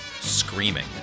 screaming